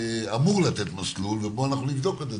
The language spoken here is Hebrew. אמור לתת מסלול ואנחנו נבדוק את זה.